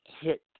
hit